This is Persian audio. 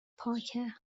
پاکه